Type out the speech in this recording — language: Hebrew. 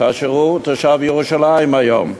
כאשר הוא תושב ירושלים היום?